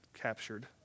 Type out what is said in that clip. captured